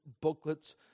booklets